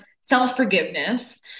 self-forgiveness